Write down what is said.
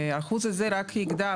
האחוז הזה רק יגדל,